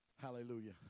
Hallelujah